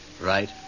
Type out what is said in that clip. Right